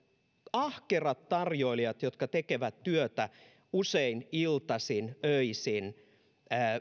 ahkerat tarjoilijat jotka tekevät työtä usein iltaisin öisin